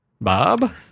Bob